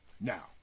Now